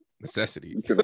necessity